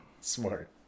Smart